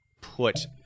put